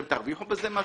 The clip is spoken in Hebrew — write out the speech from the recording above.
אתם תרוויחו בזה משהו?